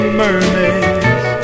mermaids